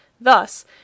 thus